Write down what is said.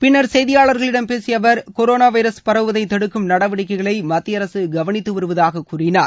பின்னர் செய்தியாளர்களிடம் பேசிய அவர் கொரோனா வைரஸ் பரவுவதை தடுக்கும் நடவடிக்கைகளை மத்திய அரசு கவனித்து வருவதாகக் கூறினார்